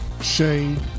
Shane